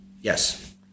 yes